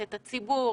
את הציבור,